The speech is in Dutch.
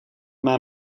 maar